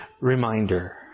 reminder